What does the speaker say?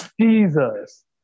Jesus